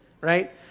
Right